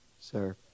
Sir